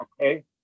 Okay